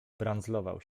brandzlował